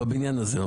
בבניין הזה.